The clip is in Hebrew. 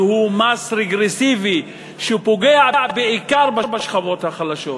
שהוא מס רגרסיבי שפוגע בעיקר בשכבות החלשות.